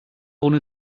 ohne